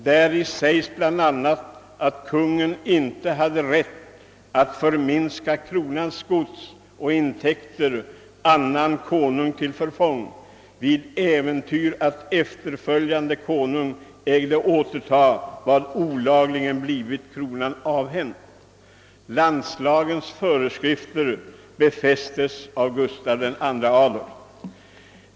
Däri sägs bl.a., att Konungen inte har rätt att förminska kronans gods och intäkter annan konung till förfång, vid äventyr att efterföljande konung äger återta vad olagligen blivit kronan avhänt. Landslagens föreskrifter befästes av Gustav II Adolf.